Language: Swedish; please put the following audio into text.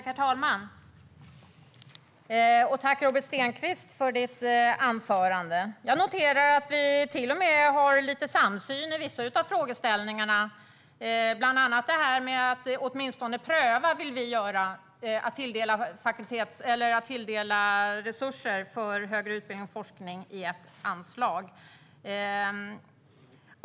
Herr talman! Tack, Robert Stenkvist, för ditt anförande! Jag noterar att vi till och med har lite samsyn i vissa av frågeställningarna. Det gäller bland annat det här med att man åtminstone ska pröva att tilldela resurser för högre utbildning och forskning i ett anslag.